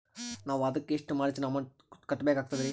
ನಾವು ಅದಕ್ಕ ಎಷ್ಟ ಮಾರ್ಜಿನ ಅಮೌಂಟ್ ಕಟ್ಟಬಕಾಗ್ತದ್ರಿ?